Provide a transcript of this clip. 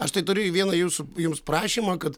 aš tai turiu į vieną jūsų jums prašymą kad